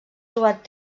trobat